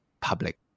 public